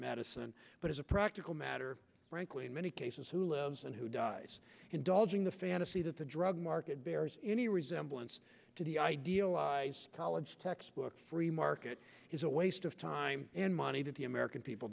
medicine but as a practical matter frankly in many cases who lives and who dies indulging the fantasy that the drug market bears any resemblance to the idealized college textbook free market is a waste of time and money to the american people